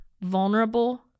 vulnerable